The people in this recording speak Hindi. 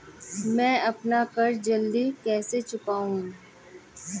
मैं अपना कर्ज जल्दी कैसे चुकाऊं?